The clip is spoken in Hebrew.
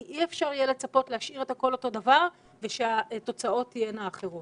כי אי אפשר יהיה לצפות להשאיר את הכול אותו דבר ושהתוצאות תהיינה אחרות.